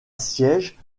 siège